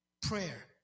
prayer